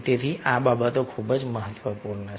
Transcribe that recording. તેથી આ બાબતો ખૂબ જ મહત્વપૂર્ણ છે